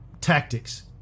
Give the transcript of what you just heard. tactics